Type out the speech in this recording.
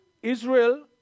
Israel